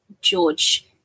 George